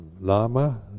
Lama